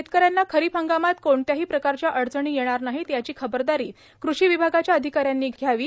शेतकऱ्यांना खरीप हंगामात कोणत्याही प्रकारच्या अडचणी येणार नाहीतर याची खबरदारी कृषी विभागाच्या अधिकाऱ्यांनी घ्यावी